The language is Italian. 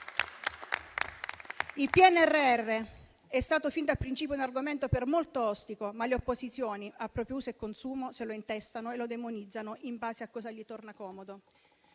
Il PNRR è stato fin da principio un argomento per molti ostico, ma le opposizioni, a proprio uso e consumo, se lo intestano e lo demonizzano in base a cosa gli torna comodo.